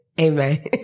Amen